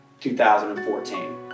2014